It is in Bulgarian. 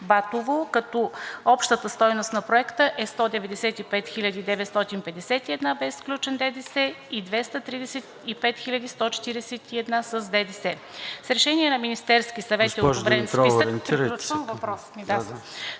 като общата стойност на проекта е 195 951 лв. без включен ДДС и 235 141 с ДДС. С решение на Министерския съвет е одобрен списък...